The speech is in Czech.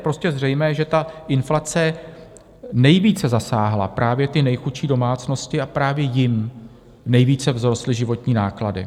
Je prostě zřejmé, že ta inflace nejvíce zasáhla právě ty nejchudší domácnosti, a právě jim nejvíce vzrostly životní náklady.